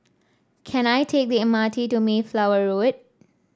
can I take the M R T to Mayflower Road